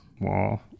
Wow